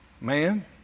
Man